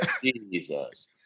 Jesus